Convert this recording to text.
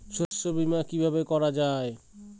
শস্য বীমা কিভাবে করা যায়?